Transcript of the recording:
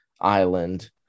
Island